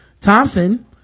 Thompson